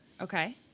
Okay